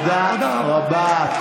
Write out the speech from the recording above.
תודה רבה.